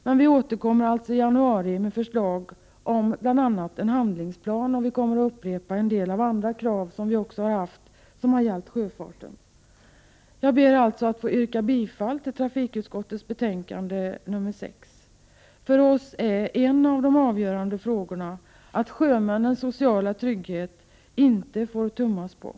Men vi återkommer alltså i januari med förslag om bl.a. en handlingsplan, och vi kommer att upprepa en del andra krav som vi också har haft när det gäller sjöfarten. Jag ber att få yrka bifall till hemställan i trafikutskottets betänkande 6. För oss gäller en av de avgörande frågorna att man inte får tumma på sjömännens sociala trygghet.